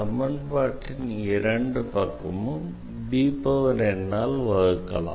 சமன்பாட்டின் இரண்டு பக்கமும் ஆல் வகுக்கலாம்